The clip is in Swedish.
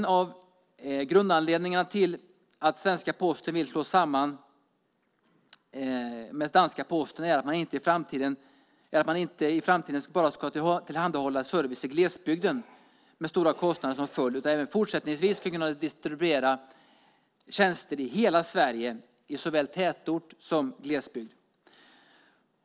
En av grundanledningarna till att svenska Posten nu slås samman med den danska Posten är att man inte i framtiden bara ska tillhandahålla service i glesbygden, med stora kostnader som följd, utan även fortsättningsvis ska distribuera tjänster i hela Sverige, i såväl tätort som glesbygd.